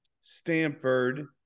Stanford